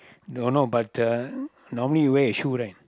no no but the normally wear suit like